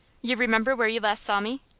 you remember where you last saw me?